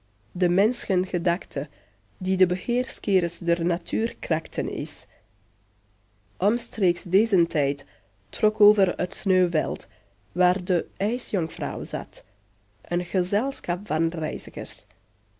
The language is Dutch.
de menschengedachte die de beheerscheres der natuurkrachten is omstreeks dezen tijd trok over het sneeuwveld waar de ijsjonkvrouw zat een gezelschap